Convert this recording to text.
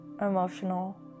emotional